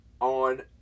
on